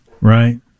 Right